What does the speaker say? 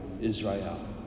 Israel